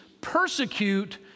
persecute